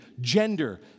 gender